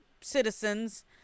citizens